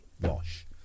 wash